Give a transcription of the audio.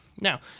Now